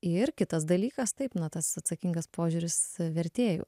ir kitas dalykas taip na tas atsakingas požiūris vertėjų